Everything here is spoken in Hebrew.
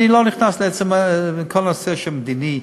אני לא נכנס לכל הנושא המדיני,